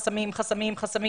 חסמים, חסמים